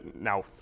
now